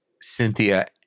Cynthia